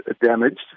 damaged